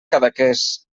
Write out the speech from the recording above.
cadaqués